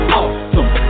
awesome